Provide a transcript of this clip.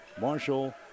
Marshall